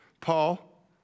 Paul